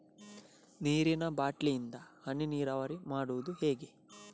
ನೀರಿನಾ ಬಾಟ್ಲಿ ಇಂದ ಹನಿ ನೀರಾವರಿ ಮಾಡುದು ಹೇಗೆ?